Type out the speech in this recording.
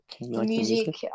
music